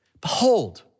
Behold